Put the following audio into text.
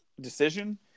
decision